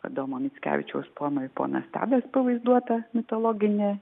adomo mickevičiaus poemoj ponas tadas pavaizduota mitologinė